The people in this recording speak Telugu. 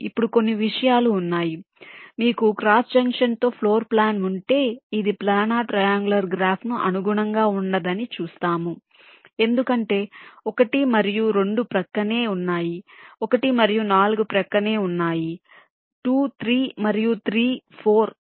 ఇప్పుడు కొన్ని విషయాలు ఉన్నాయి ఇప్పుడు మీకు క్రాస్ జంక్షన్తో ఫ్లోర్ ప్లాన్ ఉంటే ఇది ప్లానార్ ట్రయాంగులర్ గ్రాఫ్ కు అనుగుణంగా ఉండదని చూస్తాం ఎందుకంటే 1 మరియు 2 ప్రక్కనే ఉన్నాయి 1 మరియు 4 ప్రక్కనే ఉన్నాయి 2 3 మరియు 3 4